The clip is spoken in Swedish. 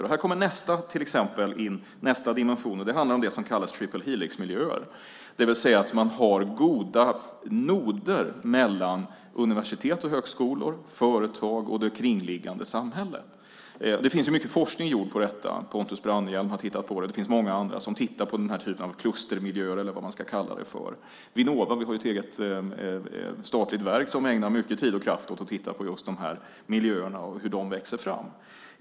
Här kommer nästa dimension in, nämligen det som kallas Triple Helix-miljöer, det vill säga att ha goda noder mellan universitet och högskolor, företag och det kringliggande samhället. Det finns mycket forskning gjord på detta, bland annat av Pontus Braunerhjelm och många andra, som har tittat på den typen av klustermiljöer. Vi har ett eget statligt verk, Vinnova, som ägnar mycket tid och kraft åt att titta på dessa miljöer och hur de växer fram.